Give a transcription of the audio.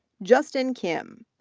justin kim,